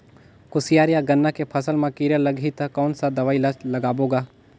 कोशियार या गन्ना के फसल मा कीरा लगही ता कौन सा दवाई ला लगाबो गा?